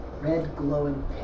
red-glowing